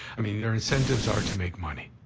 i mean, their incentives are to make money.